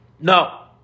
No